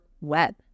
web